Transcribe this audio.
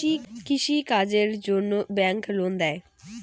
কৃষি কাজের জন্যে ব্যাংক লোন দেয়?